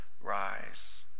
rise